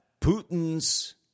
Putin's